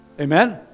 Amen